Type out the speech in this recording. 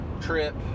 trip